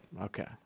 Okay